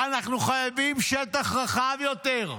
אנחנו חייבים שטח רחב יותר,